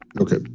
okay